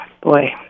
boy